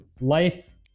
life